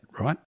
right